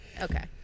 Okay